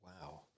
Wow